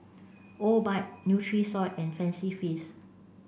Obike Nutrisoy and Fancy Feast